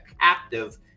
captive